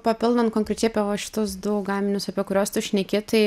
papildant konkrečiai apie va šitus du gaminius apie kuriuos tu šneki tai